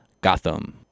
Gotham